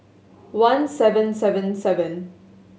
one seven seven seven